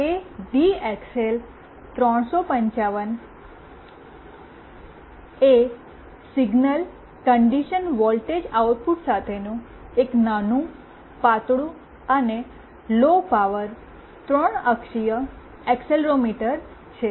ADXL 355 એ signal condition voltage output સાથેનું એક નાનું પાતળું અને લો પાવર 3 અક્ષીય એક્સેલરોમીટર છે